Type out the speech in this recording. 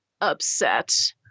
upset